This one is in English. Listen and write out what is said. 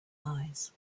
eyes